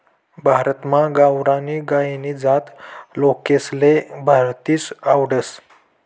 भारतमा गावरानी गायनी जात लोकेसले भलतीस आवडस